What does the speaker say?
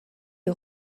est